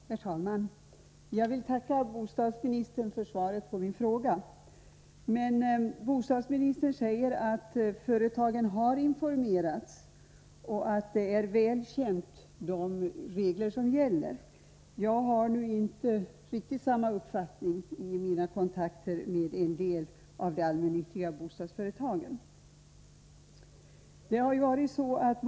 Herr talman! Jag vill tacka bostadsministern för svaret på min fråga. Bostadsministern säger att företagen har informerats och att de regler som gäller är väl kända. Jag har nu vid mina kontaker med en del av de allmännyttiga bostadsföretagen inte fått riktigt samma uppfattning.